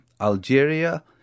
Algeria